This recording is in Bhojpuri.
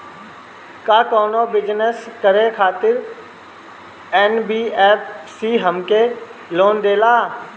का कौनो बिजनस करे खातिर एन.बी.एफ.सी हमके लोन देला?